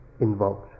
involved